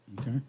Okay